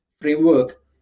framework